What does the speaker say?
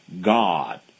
God